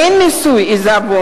אין מס עיזבון,